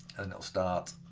and it'll start